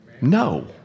No